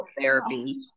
therapy